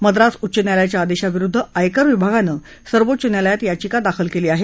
मद्रास उच्च न्यायालयाच्या आदेशाविरुद्ध आयकर विभागानं सर्वोच्च न्यायालयात याचिका दाखल केली आहे